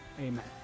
amen